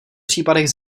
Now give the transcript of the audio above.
případech